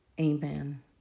Amen